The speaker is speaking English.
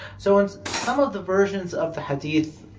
so and some of the versions of the hadith,